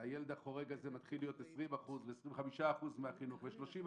והילד החורג הזה מתחיל להיות 20% ו-30% מהחינוך,